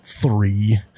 Three